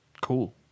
Cool